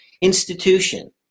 institution